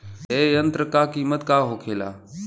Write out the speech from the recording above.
ए यंत्र का कीमत का होखेला?